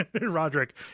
Roderick